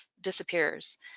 disappears